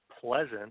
pleasant